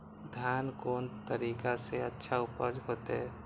धान कोन तरीका से अच्छा उपज होते?